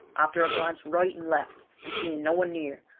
after a glance right and left and seeing no one near,